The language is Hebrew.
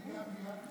אני גם דייקתי